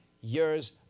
years